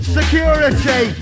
Security